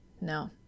No